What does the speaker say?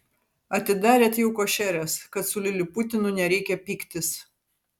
atidarėt jau košeres kad su liliputinu nereikia pyktis